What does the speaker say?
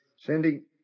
Cindy